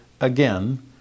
again